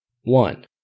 One